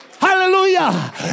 Hallelujah